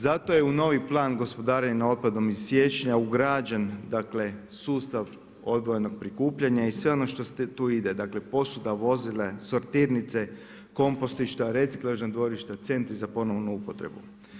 Zato je u novi plan gospodarenja otpadom iz siječnja ugrađen, dakle sustav odvojenog prikupljanja i sve ono što tu ide dakle posudba vozila, sortirnice, kompostišta, reciklažna dvorišta, centri za ponovnu upotrebu.